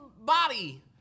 body